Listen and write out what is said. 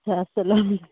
اَچھا اَسَلام